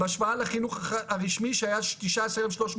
בהשוואה לחינוך הרשמי שהיה 19,383,